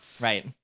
right